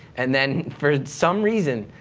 and then, for some reason,